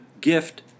gift